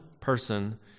person